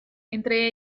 entre